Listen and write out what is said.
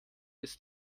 ist